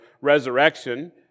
resurrection